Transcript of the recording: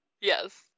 Yes